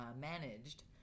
managed